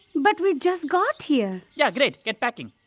but we just got here. yeah great. get packing.